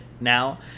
now